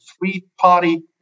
three-party